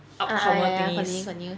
ah ah ya ya continue continue